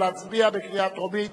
נא להצביע בקריאה טרומית.